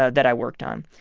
ah that i worked on.